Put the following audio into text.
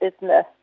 business